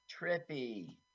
Trippy